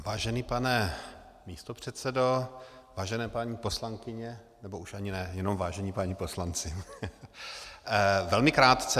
Vážený pane místopředsedo, vážené paní poslankyně nebo už ani ne, jenom vážení páni poslanci, velmi krátce.